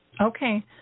Okay